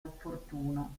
opportuno